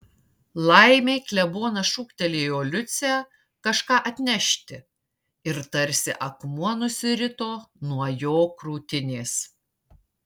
laimei klebonas šūktelėjo liucę kažką atnešti ir tarsi akmuo nusirito nuo jo krūtinės